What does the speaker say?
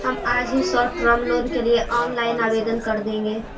हम आज ही शॉर्ट टर्म लोन के लिए ऑनलाइन आवेदन कर देंगे